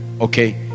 okay